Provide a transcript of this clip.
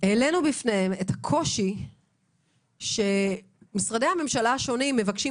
העלינו בפניהם את הקושי שמשרדי הממשלה השונים מבקשים